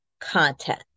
content